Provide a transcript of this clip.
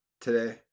today